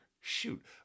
Shoot